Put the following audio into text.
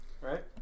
right